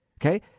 Okay